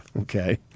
Okay